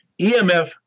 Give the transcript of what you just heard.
EMF